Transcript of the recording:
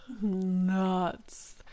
nuts